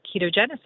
ketogenesis